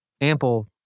ample